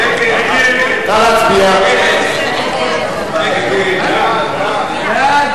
ההצעה להסיר מסדר-היום את